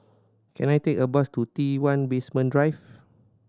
can I take a bus to T One Basement Drive